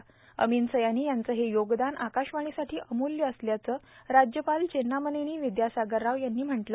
अर्जामन सयानी यांचं हे योगदान आकाशवाणीसाठी अमूल्य असल्याचं राज्यपाल चेन्नामनेनी विदयासागर राव यांनी सांगितलं